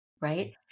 Right